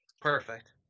perfect